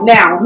Now